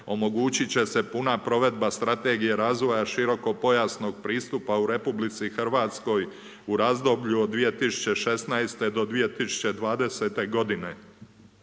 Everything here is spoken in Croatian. omogućit će puna provedba Strategije razvoja širokopojasnog pristupa u RH u razdoblju od 2016.-2020. godine